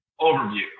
overview